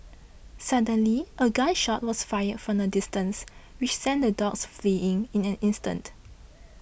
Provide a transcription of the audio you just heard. suddenly a gun shot was fired from a distance which sent the dogs fleeing in an instant